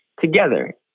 together